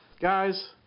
guys